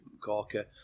corker